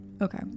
Okay